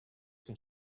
some